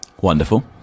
Wonderful